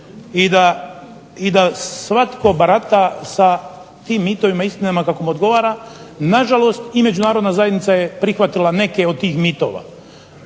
I da svatko barata sa tim mitovima i istinama kako im odgovora. Nažalost, i međunarodna zajednica je prihvatila neke od tih mitova.